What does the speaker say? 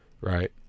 right